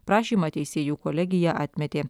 prašymą teisėjų kolegija atmetė